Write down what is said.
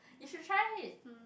you should try it